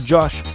Josh